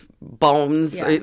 bones